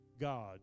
God